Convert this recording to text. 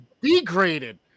degraded